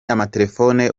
amatelefone